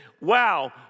Wow